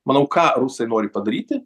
manau ką rusai nori padaryti